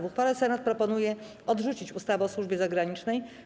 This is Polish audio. W uchwale Senat proponuje odrzucić ustawę o służbie zagranicznej.